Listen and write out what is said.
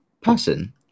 person